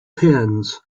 pins